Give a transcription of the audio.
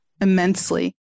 immensely